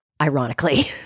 ironically